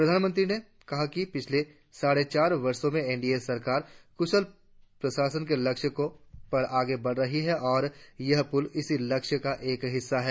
प्रधानमंत्री ने कहा कि पिछले साढ़े चार वर्षों में एनडीए सरकार कुशल प्रशासन के लक्ष्य पर आगे बढ़ी है और यह पुल इसी लक्ष्य का एक हिस्सा है